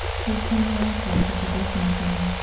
for a strange melancholy took possession of him.